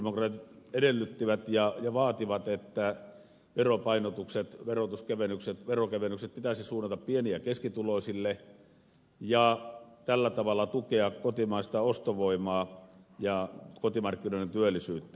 sosialidemokraatit edellyttivät ja vaativat että veropainotukset veronkevennykset pitäisi suunnata pieni ja keskituloisille ja tällä tavalla tukea kotimaista ostovoimaa ja kotimarkkinoiden työllisyyttä